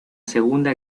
segunda